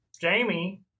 Jamie